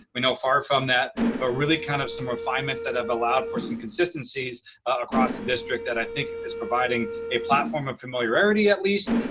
we know far from that, but really kind of some refinements that have allowed for some consistencies across the district that i think is providing a platform of familiarity, at least,